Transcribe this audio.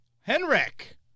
Henrik